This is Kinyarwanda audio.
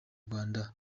rwanda